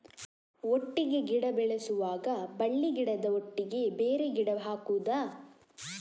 ಒಟ್ಟಿಗೆ ಗಿಡ ಬೆಳೆಸುವಾಗ ಬಳ್ಳಿ ಗಿಡದ ಒಟ್ಟಿಗೆ ಬೇರೆ ಗಿಡ ಹಾಕುದ?